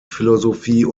philosophie